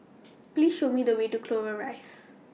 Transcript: Please Show Me The Way to Clover Rise